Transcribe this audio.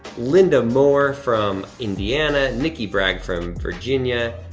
linda moore from indiana, nikki bragg from virginia,